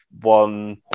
one